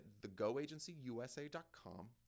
thegoagencyusa.com